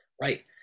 right